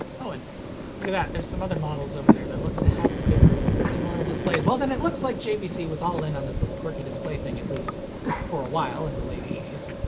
oh, and look at that, there's some other models over there that look to have very similar displays, well then it looks like jvc was all-in on this little quirky display thing, at least for a while in the late eighty eighty s.